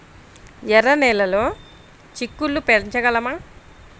ఎర్ర నెలలో చిక్కుళ్ళు పెంచగలమా?